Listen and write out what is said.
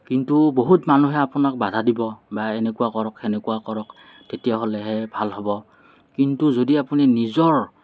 কিন্তু বহুত মানুহে আপোনাক বাধা দিব বা এনেকুৱা কৰক হেনেকুৱা কৰক তেতিয়াহ'লেহে ভাল হ'ব কিন্তু যদি আপুনি নিজৰ